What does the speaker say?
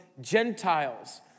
Gentiles